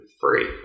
free